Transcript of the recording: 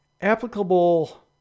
applicable